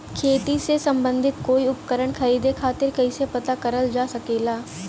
खेती से सम्बन्धित कोई उपकरण खरीदे खातीर कइसे पता करल जा सकेला?